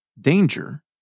danger